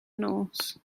nos